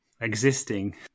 existing